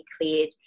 cleared